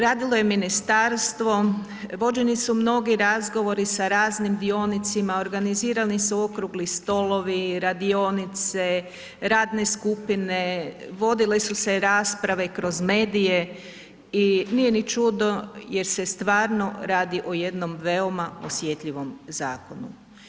Radilo je ministarstvo, vođeni su mnogi razgovori sa raznim dionicima, organizirani su okrugli stolovi, radionice, radne skupine, vodile su se i rasprave kroz medije i nije ni čudo jer se stvarno radi o jednom veoma osjetljivom zakonu.